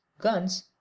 guns